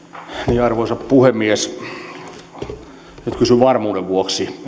arvoisa puhemies nyt kysyn varmuuden vuoksi